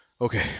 Okay